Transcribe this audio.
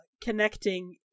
connecting